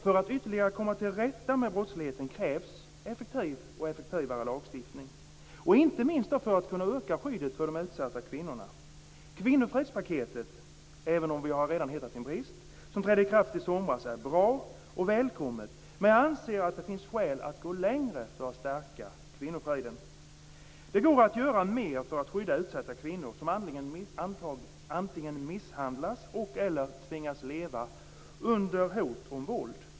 För att ytterligare komma till rätta med brottsligheten krävs effektivare lagstiftning inte minst för att öka skyddet för de utsatta kvinnorna. Kvinnofridspaketet som trädde i kraft i somras är bra och välkommet, även om vi redan har hittat en brist. Men jag anser att det finns skäl att gå längre för att stärka kvinnofriden. Det går att göra mer för att skydda utsatta kvinnor som antingen misshandlas och/eller tvingas leva under hot om våld.